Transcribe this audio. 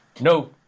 No